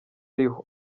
arimo